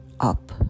up